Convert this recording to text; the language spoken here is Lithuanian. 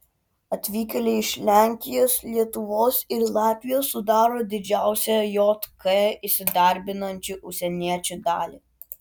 atvykėliai iš lenkijos lietuvos ir latvijos sudaro didžiausią jk įsidarbinančių užsieniečių dalį